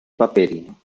paperino